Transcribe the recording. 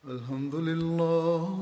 Alhamdulillah